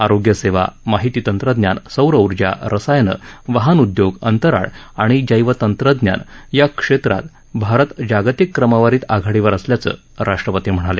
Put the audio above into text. आरोग्य सेवा माहिती तंत्रज्ञान सौर ऊर्जा रसायनं वाहनउदयोग अंतराळ आणि जैवतंत्रज्ञान या क्षेत्रात भारत जागतिक क्रमवारीत आघाडीवर असल्याचं राष्ट्रपती म्हणाले